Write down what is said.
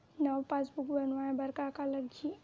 नवा पासबुक बनवाय बर का का लगही?